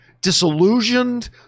disillusioned